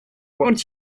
won’t